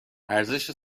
ارزش